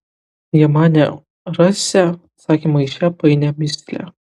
jie manė rasią atsakymą į šią painią mįslę